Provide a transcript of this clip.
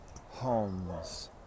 Homes